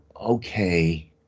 okay